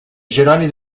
jeroni